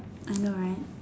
I know right